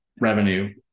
revenue